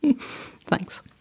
Thanks